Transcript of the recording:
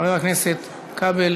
חבר הכנסת כבל